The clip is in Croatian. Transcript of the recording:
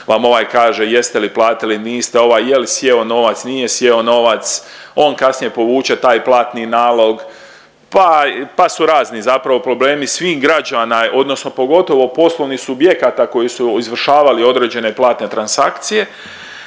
vam ovaj kaže jeste li platili niste, ovaj jel sjeo novac, nije sjeo novac, on kasnije povuče taj platni nalog pa su razni zapravo problemi svih građana odnosno pogotovo poslovnih subjekata koji su izvršavali određene platne transakcije,